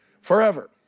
Forever